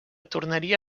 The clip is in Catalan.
tornaria